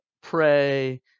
pray